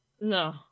No